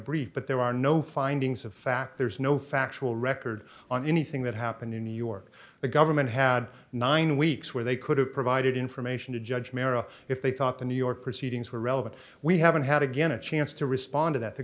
brief but there are no findings of fact there's no factual record on anything that happened in new york the government had nine weeks where they could have provided information to judge mera if they thought the new york proceedings were relevant we haven't had again a chance to respond to that the